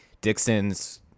dixon's